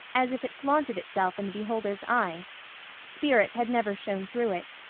as if it flaunted itself in the beholder's eye spirit had never shone through it,